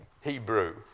Hebrew